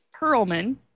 Perlman